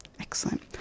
Excellent